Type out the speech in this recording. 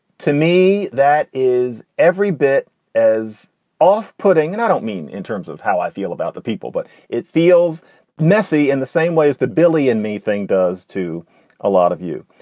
to me that is every bit as off putting. and i don't mean in terms of how i feel about the people, but it feels messy in the same way as the billy and me thing does to a lot of you.